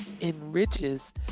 enriches